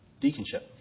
deaconship